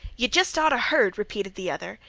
yeh jest oughta heard! repeated the other,